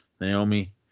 Naomi